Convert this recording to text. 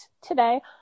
today